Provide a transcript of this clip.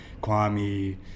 Kwame